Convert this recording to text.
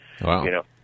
Wow